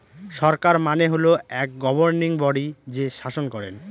সরকার মানে হল এক গভর্নিং বডি যে শাসন করেন